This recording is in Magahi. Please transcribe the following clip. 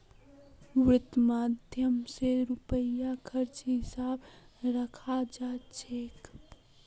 वित्त माध्यम स रुपयार खर्चेर हिसाब रखाल जा छेक